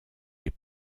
les